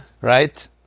right